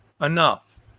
enough